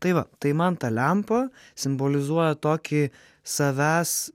tai va tai man ta lempa simbolizuoja tokį savęs